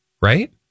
right